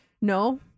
No